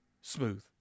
Smooth